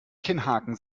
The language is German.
kinnhaken